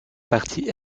partie